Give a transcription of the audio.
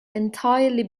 entirely